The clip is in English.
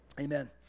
Amen